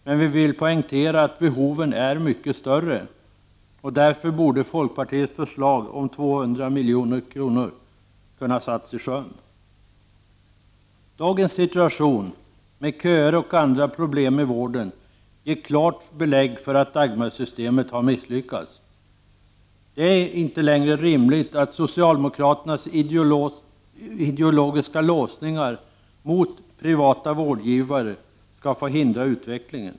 Men vi vill poängtera att behoven är mycket större. Därför borde folkpartiets förslag om 200 milj.kr. ha kunnat sättas i sjön. Dagens situation med köer och andra problem i vården ger klart belägg för att Dagmarsystemet har misslyckats. Det är inte längre rimligt att socialdemokraternas ideologiska låsningar — alltså att de är mot privata vårdgivare — skall få hindra utvecklingen.